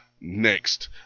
next